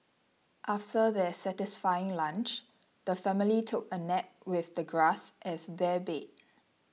after their satisfying lunch the family took a nap with the grass as their bed